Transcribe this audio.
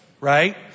right